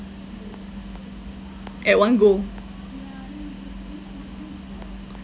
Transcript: at one go